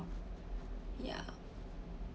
yeah